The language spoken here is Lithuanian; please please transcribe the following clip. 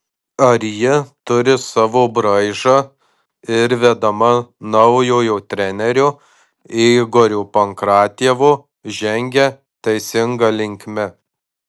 ar ji turi savo braižą ir vedama naujojo trenerio igorio pankratjevo žengia teisinga linkme